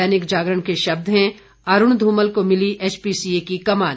दैनिक जागरण के शब्द हैं अरूण धूमल को मिली एचपीसीए की कमान